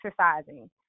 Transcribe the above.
exercising